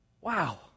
Wow